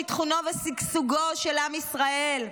ביטחונו ושגשוגו של עם ישראל.